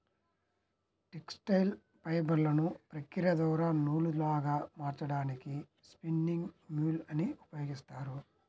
textile ఫైబర్లను ప్రక్రియ ద్వారా నూలులాగా మార్చడానికి స్పిన్నింగ్ మ్యూల్ ని ఉపయోగిస్తారు